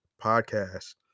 Podcast